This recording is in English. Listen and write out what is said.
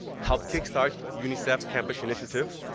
helped kickstart unicef campus initiative,